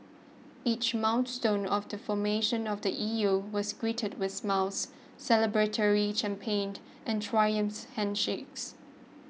each milestone of the formation of the E U was greeted with smiles celebratory champagne and triumphant handshakes